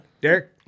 Derek